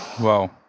Wow